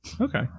okay